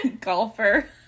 Golfer